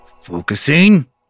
Focusing